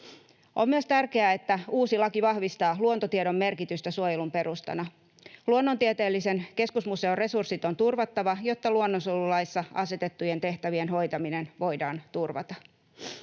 On myös tärkeää, että uusi laki vahvistaa luontotiedon merkitystä suojelun perustana. Luonnontieteellisen keskusmuseon resurssit on turvattava, jotta luonnonsuojelulaissa asetettujen tehtävien hoitaminen voidaan turvata.